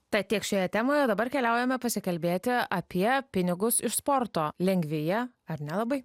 tad tiek šioje temoje dabar keliaujame pasikalbėti apie pinigus iš sporto lengvėja ar nelabai